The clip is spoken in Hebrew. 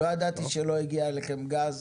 לא ידעתי שלא הגיע אליכם גז,